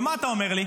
ומה אתה אומר לי?